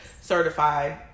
certified